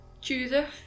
Judith